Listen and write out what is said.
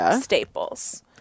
staples